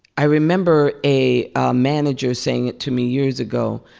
i remember a ah manager saying it to me years ago.